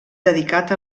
dedicat